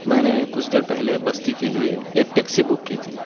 میں نے کچھ دیر پہلے بستی کے لیے ایک ٹیکسی بک کی تھی